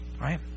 right